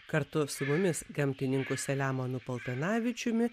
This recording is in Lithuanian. kartu su jumis gamtininku selemonu paltanavičiumi